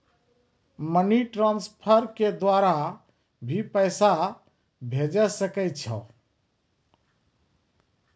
Money transfer के द्वारा भी पैसा भेजै सकै छौ?